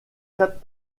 quatre